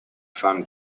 fun